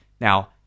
Now